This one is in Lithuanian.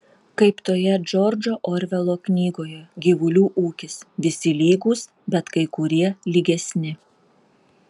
kaip toje džordžo orvelo knygoje gyvulių ūkis visi lygūs bet kai kurie lygesni